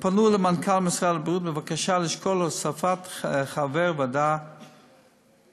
הם פנו אל מנכ"ל משרד הבריאות בבקשה לשקול הוספת חבר ועדה משפטן.